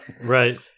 Right